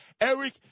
Eric